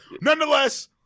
nonetheless